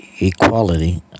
equality